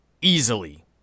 Easily